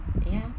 ya